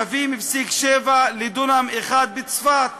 5.7 תושבים לדונם אחד בצפת.